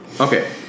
Okay